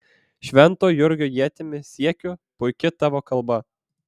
švento jurgio ietimi siekiu puiki tavo kalba